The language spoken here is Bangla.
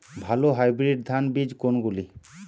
ভালো হাইব্রিড ধান বীজ কোনগুলি?